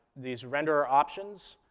these renderer options.